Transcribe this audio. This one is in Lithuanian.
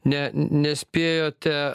ne nespėjote